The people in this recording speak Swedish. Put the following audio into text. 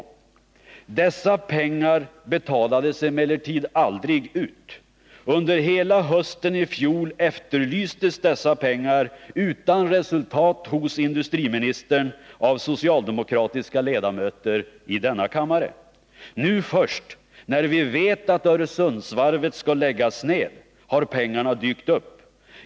Dessa pengar betalades emellertid aldrig ut. Under hela hösten i fjol efterlystes dessa pengar utan resultat hos industriministern av socialdemokratiska ledamöter i denna kammare. Nu först, när vi vet att Öresundsvarvet skall läggas ned, har pengarna dykt upp.